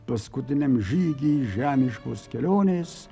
paskutiniam žygy žemiškos kelionės